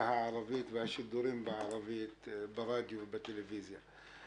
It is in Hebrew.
הערבית והשידורים בערבית בטלוויזיה וברדיו.